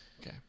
Okay